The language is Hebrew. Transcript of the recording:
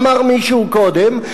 אמר מישהו קודם,